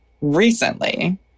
recently